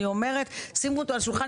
אני אומרת: שימו אותו על השולחן.